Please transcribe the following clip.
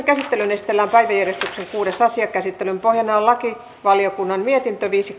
käsittelyyn esitellään päiväjärjestyksen kuudes asia käsittelyn pohjana on lakivaliokunnan mietintö viisi